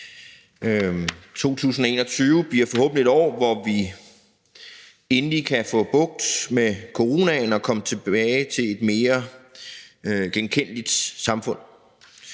2021 bliver forhåbentlig et år, hvor vi endelig kan få bugt med coronaen og komme tilbage til et mere genkendeligt samfund.